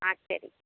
ஆ சரி